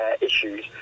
issues